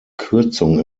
kürzung